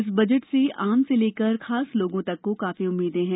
इस बजट से आम से लेकर खास लोगों तक को काफी उम्मीदें हैं